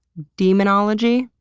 demonology.